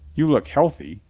you look healthy,